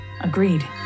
Agreed